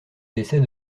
décès